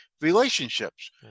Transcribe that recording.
relationships